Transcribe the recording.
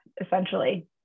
essentially